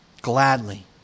gladly